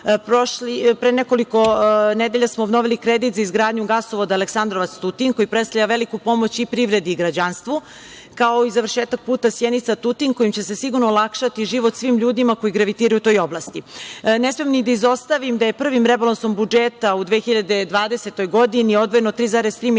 Pre nekoliko nedelja smo obnovili kredit za izgradnju gasovoda Aleksandrovac – Tutin, koji predstavlja veliku pomoć i privredi i građanstvu, kao i završetak puta Sjenica-Tutin, kojim će se sigurno olakšati život svim ljudima koji gravitiraju u toj oblasti. Ne smem ni da izostavim da je prvim rebalansom budžeta u 2020. godini odvojeno 3,3 milijarde